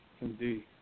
Indeed